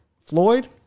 Floyd